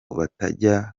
batajya